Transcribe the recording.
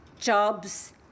jobs